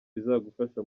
bizagufasha